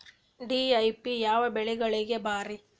DAP ಯಾವ ಬೆಳಿಗೊಳಿಗ ಭಾರಿ?